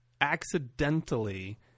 accidentally